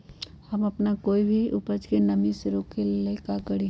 हम अपना कोई भी उपज के नमी से रोके के ले का करी?